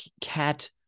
cat